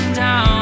down